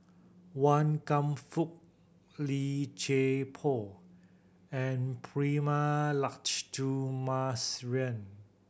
Wan Kam Fook Li Chei Poh and Prema